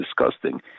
disgusting